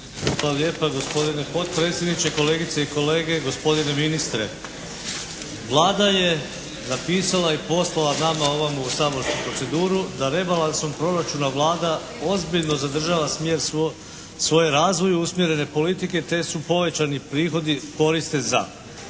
Hvala lijepa gospodine potpredsjedniče. Kolegice i kolege, gospodine ministre. Vlada je napisala i poslala nama ovamo u saborsku proceduru da rebalansom proračuna Vlada ozbiljno zadržava smjer svoje razvoju usmjerene politike te su povećani prihodi koriste za